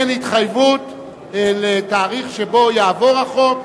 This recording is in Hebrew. אין התחייבות לתאריך שבו יעבור החוק,